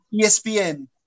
ESPN